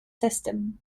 system